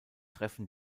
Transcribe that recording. treffen